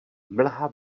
mlha